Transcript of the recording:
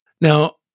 Now